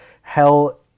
hell